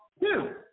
Two